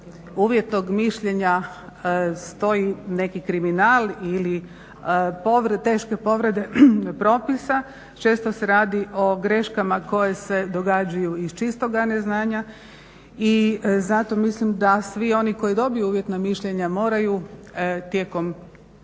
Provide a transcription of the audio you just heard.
uvjetnog mišljenja stoji neki kriminal ili teške povrede propisa, često se radi o greškama koje se događaju iz čistoga neznanja i zato mislim da svi oni koji dobiju uvjetna mišljenja moraju tijekom